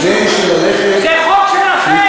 זה חוק שלכם.